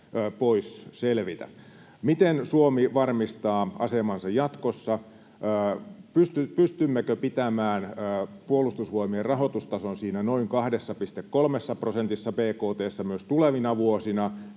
pois selvitä. Miten Suomi varmistaa asemansa jatkossa? Pystymmekö pitämään Puolustusvoimien rahoitustason siinä noin 2,3 prosentissa bkt:stä myös tulevina vuosina